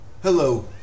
Hello